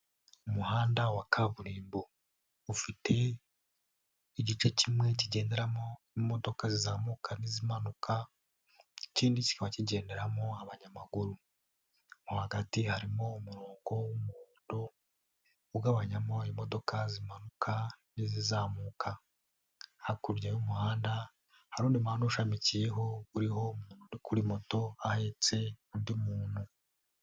Umuhanda wa kaburimbo, ufite igice kimwe kigenderamo imodoka zizamuka n'izimanuka, ikindi kikaba kigenderamo abanyamaguru. Hagati harimo umurongo w'umuhonddo ugabanyamo imodoka zimanuka n'izizamuka. Hakurya y'umuhanda hari undi muhanda ushamikiyeho, uriho umuntu uri kuri moto ahetse undi muntu.